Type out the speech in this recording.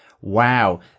Wow